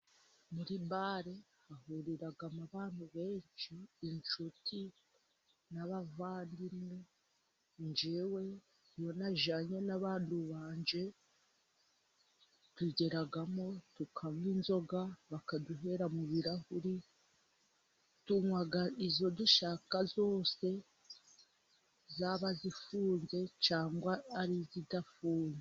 Muri bare hahuriramo abantu benshi, inshuti n'abavandimwe, njyewe iyo najyanye n'abantu banjye, tugeramo tukanywa inzoga, bakaduhera mu birahuri, tunywa izo dushaka zose, zaba zifunze cyangwa ari izidafunze.